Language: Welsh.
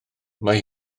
mae